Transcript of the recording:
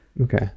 okay